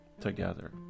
together